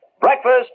Breakfast